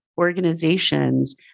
organizations